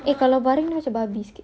eh kalau baring dia macam babi sikit